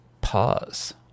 pause